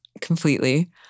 Completely